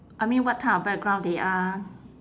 I mean what type of background they are